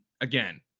again